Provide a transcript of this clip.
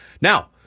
Now